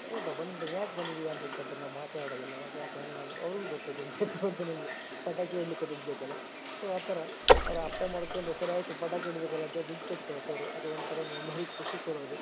ಹೌದಾ ಬಂದ್ಬಿಟ್ಟು ಯಾಕೆ ಬಂದಿದ್ದೀಯಾ ಅಂತ ಕೇಳ್ತಾರೆ ನಾವು ಮಾತೇ ಆಡೋದಿಲ್ಲ ಅವಾಗ ಯಾಕಂದರೆ ನಾವು ಅವ್ರ್ಗೂ ಗೊತ್ತು ದುಡ್ಡು ಬೇಕು ಅಂತ ನಮಗೆ ಪಟಾಕಿ ಹೊಡ್ಲಿಕ್ಕೆ ದುಡ್ಡು ಬೇಕಲ್ಲ ಸೊ ಆ ಥರ ಅವ್ರು ಅರ್ಥ ಮಾಡಿಕೊಂಡು ಸರಿ ಆಯಿತು ಪಟಾಕಿ ಹೊಡಿಬೇಕಲ್ಲ ಅಂತ ಹೇಳಿ ದುಡ್ಡು ಕೊಟ್ಟು ಕಳಿಸೋರು ಅದು ಒಂಥರ ಮೆಮೊರಿ ಖುಷಿ ಕೊಡೋದು